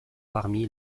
parmi